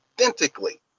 authentically